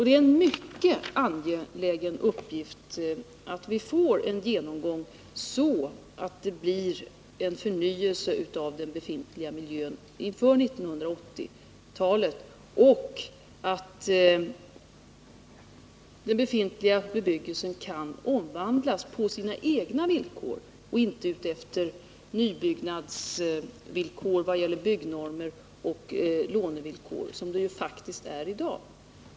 Det är mycket angeläget att vi får en genomgång, så att det blir en förnyelse av den befintliga miljön inför 1980-talet och så att den befintliga bebyggelsen kan omvandlas på sina egna villkor och inte enligt nybyggnadsvillkor vad gäller byggnormer och lånevillkor som det ju faktiskt är i dag.